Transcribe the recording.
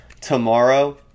tomorrow